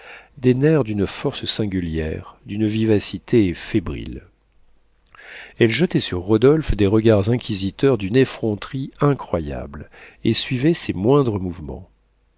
des nerfs d'une force singulière d'une vivacité fébrile elle jetait sur rodolphe des regards inquisiteurs d'une effronterie incroyable et suivait ses moindres mouvements